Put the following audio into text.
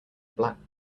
black